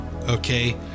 okay